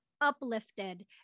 uplifted